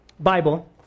Bible